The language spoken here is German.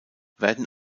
werden